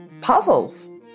puzzles